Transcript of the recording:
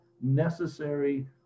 necessary